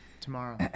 Tomorrow